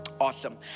Awesome